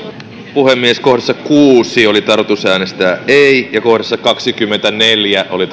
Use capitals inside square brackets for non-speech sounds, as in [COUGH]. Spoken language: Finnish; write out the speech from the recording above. puhemies kohdassa kuusi oli tarkoitus äänestää ei ja kohdassa kaksikymmentäneljä oli [UNINTELLIGIBLE]